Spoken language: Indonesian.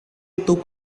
itu